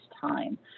time